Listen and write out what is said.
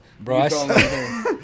bro